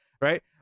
Right